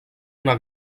una